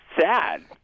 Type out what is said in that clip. sad